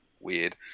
weird